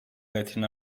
latin